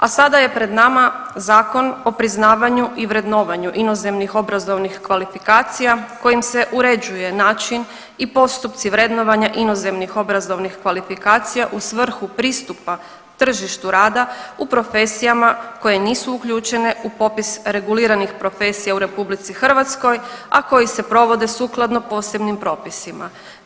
A sada je pred nama Zakon o priznavanju i vrednovanju inozemnih obrazovnih kvalifikacija kojim se uređuje način i postupci vrednovanja inozemnih obrazovnih kvalifikacija u svrhu pristupa tržištu rada u profesijama koje nisu uključene u popis reguliranih profesija u RH, a koji se provode sukladno posebnim propisima.